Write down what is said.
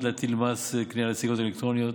להטיל מס קנייה על סיגריות אלקטרוניות.